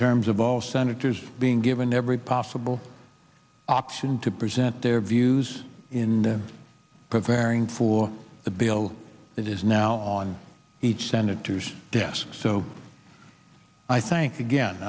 terms of all senators being given every possible option to present their views in preventing for the bill that is now on each senator's desk so i think again